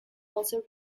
also